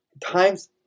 times